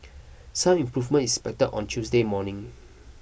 some improvement is expected on Tuesday morning